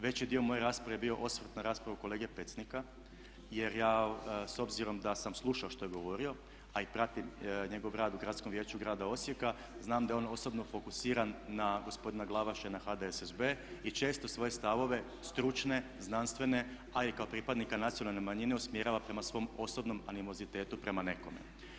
Veći dio moje rasprave je bio osvrt na raspravu kolege Pecnika jer ja s obzirom da sam slušao što je govorio, a i pratim njegov rad u Gradskom vijeću Grada Osijeka znam da je on osobno fokusiran na gospodina Glavaš i HDSSB i često svoje stavove stručne, znanstvene a i kao pripadnika nacionalnih manjina usmjerava prema svom osobnom animozitetu prema nekome.